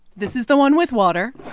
this is the one with water